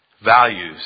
values